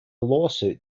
lawsuit